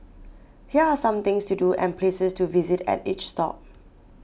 here are some things to do and places to visit at each stop